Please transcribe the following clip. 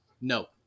No